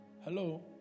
Hello